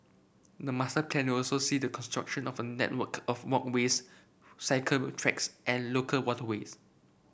the master plan will also see the construction of a network of walkways cycle tracks and local waterways